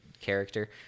character